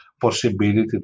possibility